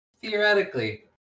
theoretically